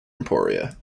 emporia